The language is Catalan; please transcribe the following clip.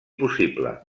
possible